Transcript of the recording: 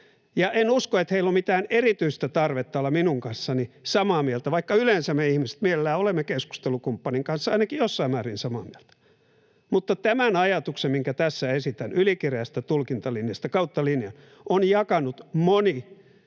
en usko, että heillä on mitään erityistä tarvetta olla minun kanssani samaa mieltä, vaikka yleensä me ihmiset mielellämme olemme keskustelukumppanin kanssa ainakin jossain määrin samaa mieltä. Mutta tämän ajatuksen, minkä tässä esitän ylikireästä tulkintalinjasta kautta linjan, on jakanut moni